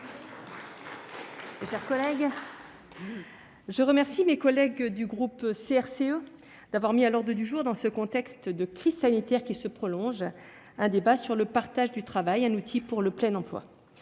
mes chers collègues, je remercie mes collègues du groupe CRCE d'avoir mis à l'ordre du jour, dans ce contexte de crise sanitaire qui se prolonge, ce débat sur le thème « le partage du travail : un outil pour le plein emploi